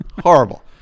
Horrible